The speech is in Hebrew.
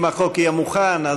אם החוק יהיה מוכן,